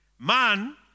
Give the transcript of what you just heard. man